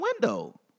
window